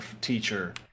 teacher